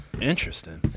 Interesting